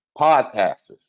podcasters